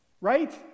Right